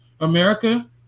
america